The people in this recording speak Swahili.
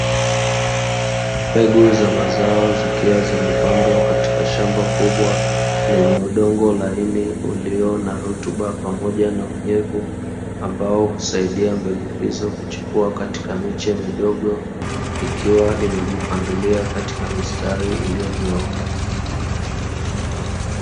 Mbegu za mazao zikiwa zimepandwa katika shamba kubwa lenye udongo laini ulio na rutuba pamoja na unyevu ambao husaidia mbegu hizo kukua katika miche midogo ikiwa imejipangilia katika mistari iliyonyooka.